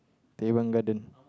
Teban-Gardens